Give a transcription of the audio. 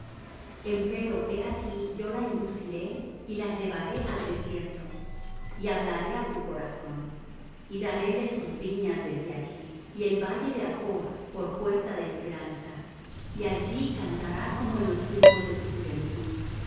jehová empero he aquí yo la induciré y la llevaré al desierto y hablaré á su corazón y daréle sus viñas desde allí y el valle de achr por puerta de esperanza y allí cantará como en los tiempos de su juventud